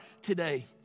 today